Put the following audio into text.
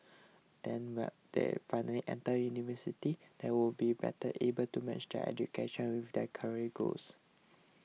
then when they finally enter university they would be better able to match their education with their career goals